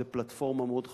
זו פלטפורמה מאוד חשובה,